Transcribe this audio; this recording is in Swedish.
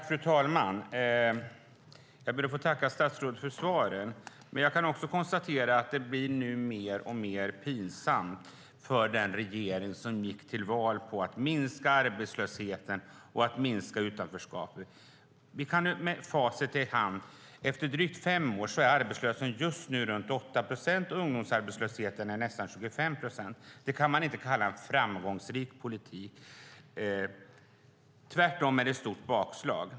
Fru talman! Jag ber att få tacka statsrådet för svaret, men jag kan också konstatera att det blir mer och mer pinsamt för den regering som gick till val på att minska arbetslösheten och utanförskapet. Vi kan med facit i hand konstatera att arbetslösheten nu efter drygt fem år är runt 8 procent och ungdomsarbetslösheten nästan 25 procent. Det kan man inte kalla en framgångsrik politik. Tvärtom är det ett stort bakslag.